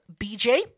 BJ